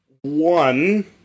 one